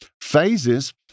phases